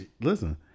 Listen